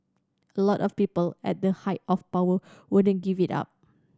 a lot of people at that height of power wouldn't give it up